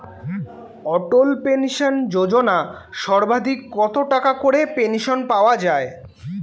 অটল pension Yojana সর্বাধিক কত টাকা করে পেনশন পাওয়া যায়?